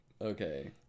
Okay